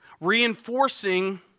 reinforcing